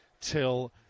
till